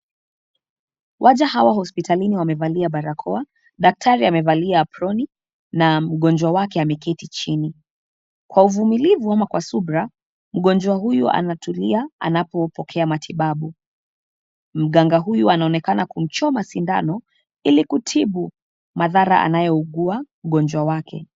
Waja hawa hospitalini wamevalia barakoa, daktari amevalia aproni na mgonjwa wake ameketi chini. Kwa uvumilivu ama kwa subira, mgonjwa huyu anatulia anapopokea matibabu. Mganga huyu anaonekana kumchoma sindano, ili kutibu madhara anayougua mgonjwa wake.